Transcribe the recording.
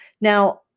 Now